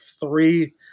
three